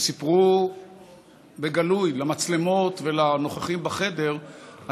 וסיפרו בגלוי למצלמות ולנוכחים בחדר על